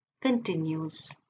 continues